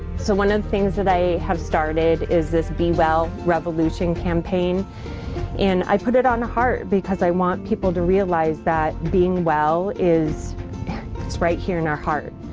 so, one of things that i have started is this be well revolution campaign and i put it on a heart because i want people to realize that being well is right here in our heart.